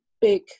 big